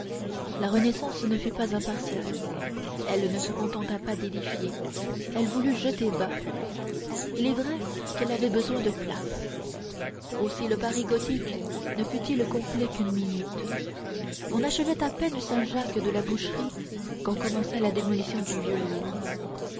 la renaissance ne fut pas impartiale elle ne se contenta pas d'édifier elle voulut jeter bas il est vrai qu'elle avait besoin de place aussi le paris gothique ne fut-il complet qu'une minute on achevait à peine saint jacques de la boucherie qu'on commençait la démolition du vieux louvre